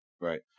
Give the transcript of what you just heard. Right